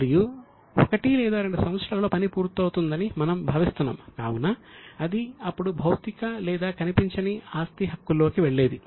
మరియు 1 లేదా 2 సంవత్సరాలలో పని పూర్తవుతుందని మనం భావిస్తున్నాం కావున అది అప్పుడు భౌతిక లేదా కనిపించని ఆస్తి హక్కులోకి వెళ్లి ఉండేది